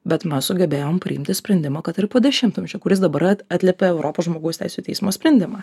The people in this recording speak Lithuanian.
bet mes sugebėjom priimti sprendimą kad ir po dešimtmečio kuris dabar atliepia europos žmogaus teisių teismo sprendimą